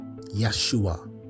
Yeshua